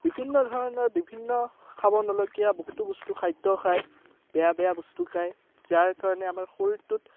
বিভিন্ন ধৰণৰ বিভিন্ন খাব নলগীয়া বহুতো বস্তু খাদ্য খায় বেয়া বেয়া বস্তু খায় যাৰ কাৰণে আমাৰ শৰীৰটোত